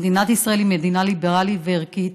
מדינת ישראל היא מדינה ליברלית וערכית,